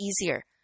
easier